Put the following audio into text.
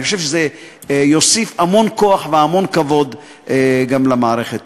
אני חושב שזה יוסיף המון כוח והמון כבוד גם למערכת.